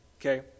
okay